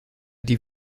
die